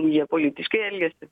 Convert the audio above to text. jie politiškai elgiasi